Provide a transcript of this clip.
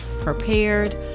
prepared